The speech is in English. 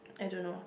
I don't know